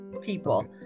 people